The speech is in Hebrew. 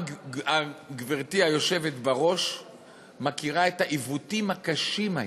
גברתי היושבת בראש מכירה את העיוותים הקשים האלה.